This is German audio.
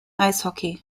eishockey